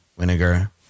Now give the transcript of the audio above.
Vinegar